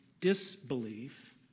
disbelief